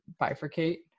bifurcate